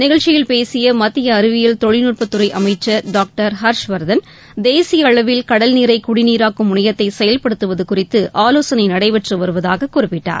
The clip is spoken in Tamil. நிகழ்ச்சியில் பேசிய மத்திய அறிவியல் தொழில்நுட்பத் துறை அமைச்சர் டாக்டர் ஹர்ஷவர்தன் தேசிய அளவில் கடல்நீரை குடிநீராக்கும் முளையத்தை செயல்படுத்தவது குறித்து ஆலோசனை நடைபெற்று வருவதாக குறிப்பிட்டார்